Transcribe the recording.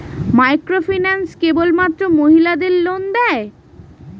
Microfinance কেবলমাত্র মহিলাদের loan দেয়?